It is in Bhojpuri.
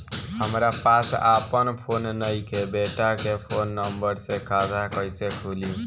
हमरा पास आपन फोन नईखे बेटा के फोन नंबर से खाता कइसे खुली?